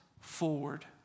forward